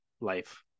life